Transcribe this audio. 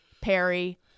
Perry